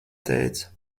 teica